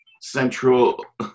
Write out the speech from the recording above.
Central